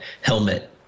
Helmet